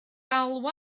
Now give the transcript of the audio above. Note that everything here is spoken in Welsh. galw